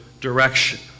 direction